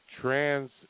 trans